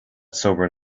sobered